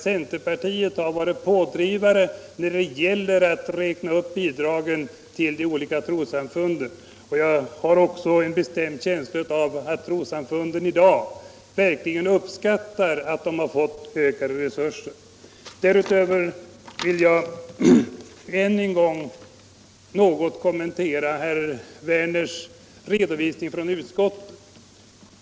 Centerpartiet har varit pådrivare när det har gällt att räkna upp bidragen till de olika trossamfunden. Jag har också en bestämd känsla av att trossamfunden i dag verkligen uppskattar att de har fått ökade resurser. Därutöver vill jag än en gång något kommentera herr Werners i Malmö redovisning från utskottsbehandlingen.